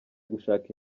gushaka